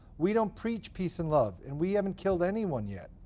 we don't preach peace and love, and we haven't killed anyone yet.